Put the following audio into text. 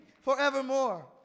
forevermore